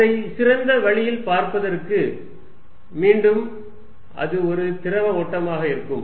அதை சிறந்த வழியில் பார்ப்பதற்கு மீண்டும் அது ஒரு திரவ ஓட்டமாக இருக்கும்